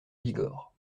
bigorre